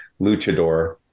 luchador